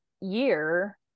year